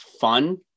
fun